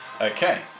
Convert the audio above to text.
Okay